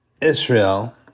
Israel